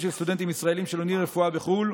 של סטודנטים ישראלים שלומדים רפואה בחו"ל,